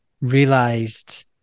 realized